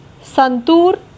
Santur